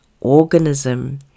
organism